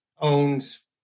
owns